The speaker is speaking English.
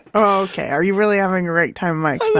okay. are you really have a great time like